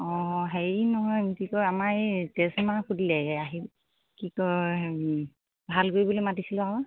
অঁ হেৰি নহয় কি কয় আমাৰ এই ট্ৰেঞ্চফৰ্মাৰ ফুটিলে এই আহি কি কয় ভাল কৰিবলৈ মাতিছিলোঁ আৰু